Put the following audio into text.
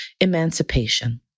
emancipation